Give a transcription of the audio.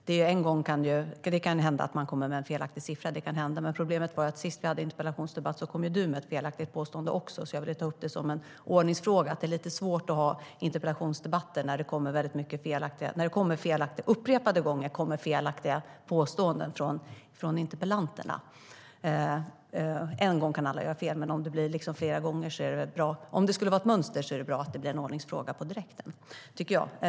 Det kan hända att man kommer med en felaktig siffra, men problemet var att sist vi hade interpellationsdebatt kom Fredrik Schulte också med ett felaktigt påstående, så jag ville ta upp det som en ordningsfråga. Det är lite svårt att ha interpellationsdebatter när det upprepade gånger kommer felaktiga påståenden från interpellanterna. Alla kan göra fel någon gång, men om det skulle vara ett mönster så är det bra att det blir en ordningsfråga på direkten, tycker jag.